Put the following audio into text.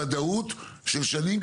ודאות של שנים,